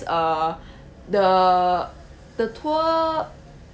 uh the the tour